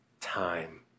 Time